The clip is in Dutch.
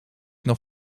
nog